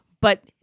But-